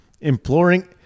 imploring